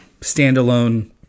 standalone